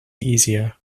easier